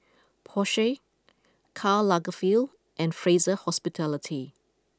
Porsche Karl Lagerfeld and Fraser Hospitality